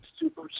super